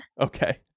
Okay